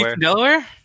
Delaware